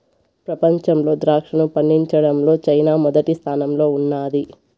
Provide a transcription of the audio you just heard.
ప్రపంచంలో ద్రాక్షను పండించడంలో చైనా మొదటి స్థానంలో ఉన్నాది